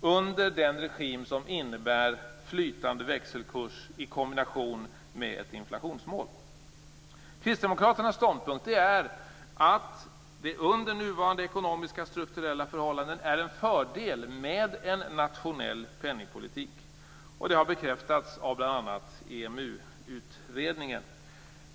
under den regim som innebär flytande växelkurs i kombination med ett inflationsmål. Kristdemokraternas ståndpunkt är att en nationell penningpolitik under nuvarande ekonomiska strukturella förhållanden är en fördel. Detta har också bekräftats av bl.a. EMU-utredningen.